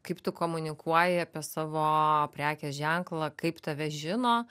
kaip tu komunikuoji apie savo prekės ženklą kaip tave žino